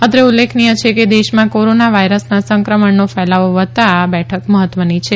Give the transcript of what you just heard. અત્રે ઉલ્લેખનીય છે કે દેશમાં કોરોના વાયરસના સંક્રમણનો ફેલાવો વધતા આ બેઠક મહત્વની છે